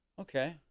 okay